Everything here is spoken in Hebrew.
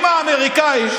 עם האמריקאים,